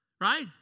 right